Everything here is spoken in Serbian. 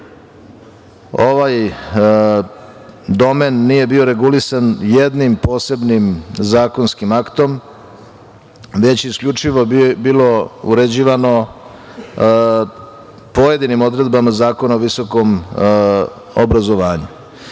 ovaj domen nije bio regulisan jednim posebnim zakonskim aktom, već isključivo bilo je uređivano pojedinim odredbama Zakona o visokom obrazovanju. Zbog